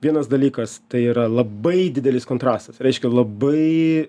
vienas dalykas tai yra labai didelis kontrastas reiškia labai